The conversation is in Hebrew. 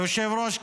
היושב-ראש,